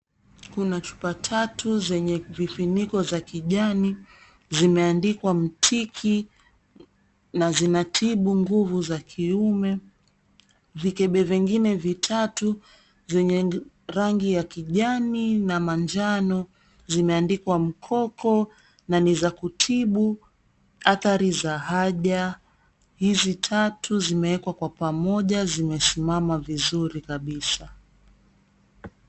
Kuna chupa tatu zenye vifiniko za kijani zimeandikwa Mtiki na zinatibu nguvu za kiume. Vikebe vingine vitatu zenye rangi ya kijani na manjano zimeandikwa mkoko na ni za kutibu adhari za haja. Hizi tatu zimewekwa kwa pamoja zimesimama vizuri kabisa.